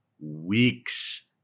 weeks